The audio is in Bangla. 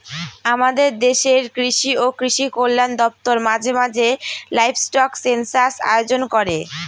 আমাদের দেশের কৃষি ও কৃষি কল্যাণ দপ্তর মাঝে মাঝে লাইভস্টক সেনসাস আয়োজন করে